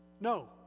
No